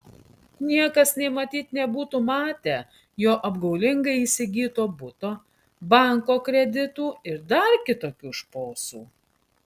niekas nė matyt nebūtų matę jo apgaulingai įsigyto buto banko kreditų ir dar kitokių šposų